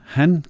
han